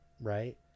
right